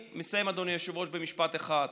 אדוני היושב-ראש, אני מסיים במשפט אחד.